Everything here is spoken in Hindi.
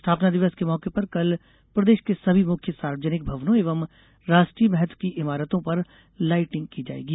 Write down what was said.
स्थापना दिवस के मौके पर कल प्रदेश के सभी मुख्य सार्वजनिक भवनों एवं राष्ट्रीय महत्व की इमारतों पर लाइटिंग की जायेगी